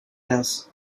else